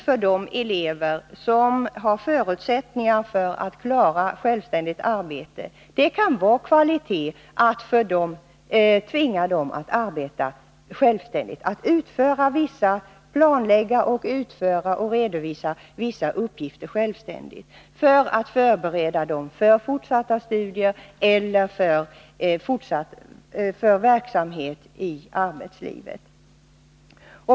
För de elever som har förutsättningar att klara självstudier kan kvalitet vara att tvingas arbeta självständigt, att planlägga, utföra och redovisa vissa uppgifter självständigt, som en förberedelse för fortsatta studier eller för verksamhet i arbetslivet.